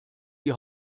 die